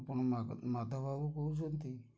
ଆପଣ ମାଧବ ବାବୁ କହୁଛନ୍ତି